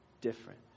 different